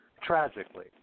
tragically